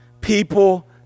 people